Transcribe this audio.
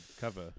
cover